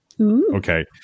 Okay